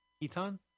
Eton